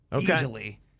easily